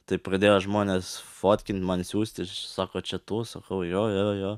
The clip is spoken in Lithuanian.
taip pradėjo žmonės fotkint man siųsti ir sako čia tu sakau jo jo jo